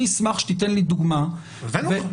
הבאנו לך,